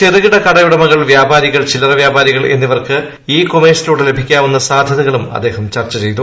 ചെറുകിട കടയുടമകൾ വ്യാപാരികൾ ചില്ലറ വ്യാപാരികൾ എന്നിവർക്ക് ഇ കോമേഴ്സിലൂടെ ലഭിക്കാവുന്ന സാധ്യതകളും അദ്ദേഹം ചർച്ച ചെയ്തു